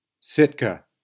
Sitka